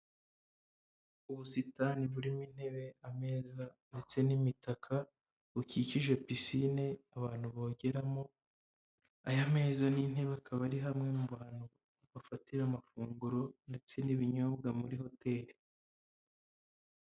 Ubusitani burimo intebe, ameza ndetse n'imitaka bukikije pisine abantu bogeramo. Aya meza n'intebe akaba ari hamwe mu hantu bafatira amafunguro ndetse n'ibinyobwa muri hotel.